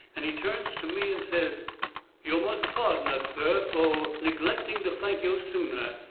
and he turns to me and says yo' must pardon us, sir, fo' neglecting to thank yo' sooner.